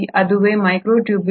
ಅದುವೇ ಮೈಕ್ರೊಟ್ಯೂಬ್ಯೂಲ್